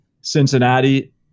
Cincinnati